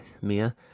Mia